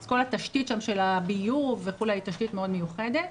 אז כל התשתית של הביוב היא תשתית מאוד מיוחדת.